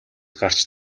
гарч